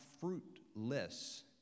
fruitless